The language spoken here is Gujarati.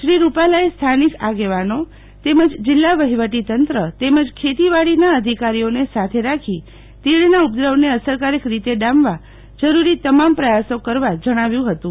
શ્રી રૂપાલાએ સ્થાનિક આગેવાનો તેમજ જીલ્લા વહીવટી તંત્ર તેમજ ખેઇવદિન અધિકારીઓને સાથે રાખી તીડના ઉપદ્રવને અસરકારક રીતે ડામવા જરૂરી તમામ પ્રથાસો કરવા જણાવ્યું હતું